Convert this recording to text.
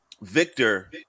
Victor